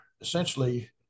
essentially